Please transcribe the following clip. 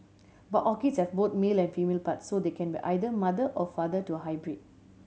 but orchids have both male and female parts so they can be either mother or father to hybrid